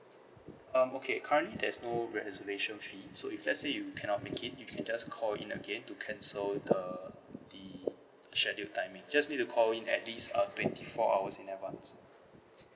um okay currently there is no reservation fee so if let's say you cannot make it you can just call in again to cancel the the scheduled timing just need to call in at least a twenty four hours in advance